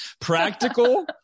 practical